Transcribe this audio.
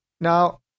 Now